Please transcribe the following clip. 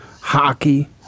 Hockey